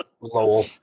Lowell